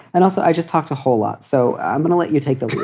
and also, i just talked a whole lot. so i'm going to let you take the lead